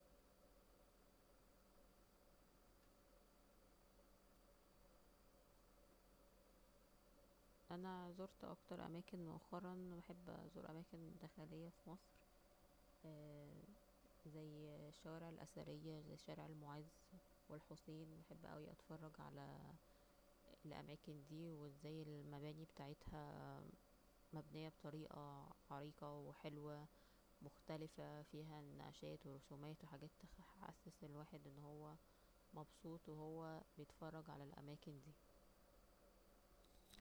أنا زرت اكتر اماكن مؤخرا واحب ازور اماكن داخلية في مصر زي الشوارع الأثرية زي شارع المعز والحسين بحب اوي اتفرج على الأماكن دي وازاي المباني بتاعتها مبنية بطريقة عريقة وحلوة ومختلفة فيها نقشات ورسومات وحاجات كده تحسس الواحد أن هو مبسوط وهو بيتفرج على الأماكن دي